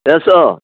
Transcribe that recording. Keshav